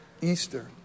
Easter